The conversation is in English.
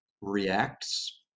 reacts